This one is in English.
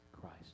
Christ